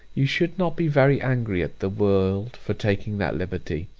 you should not be very angry at the world for taking that liberty.